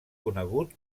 conegut